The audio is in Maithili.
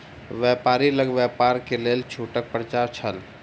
व्यापारी लग व्यापार के लेल छूटक पर्चा छल